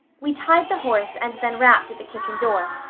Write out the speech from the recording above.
we tied the horse and then rapped at the kitchen door.